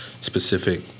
specific